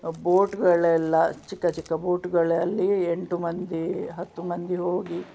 ಬೋಟುಗಳೆಲ್ಲ ಚಿಕ್ಕ ಚಿಕ್ಕ ಬೋಟುಗಳಲ್ಲಿ ಎಂಟು ಮಂದಿ ಹತ್ತು ಮಂದಿ ಹೋಗಿ